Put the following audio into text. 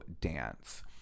dance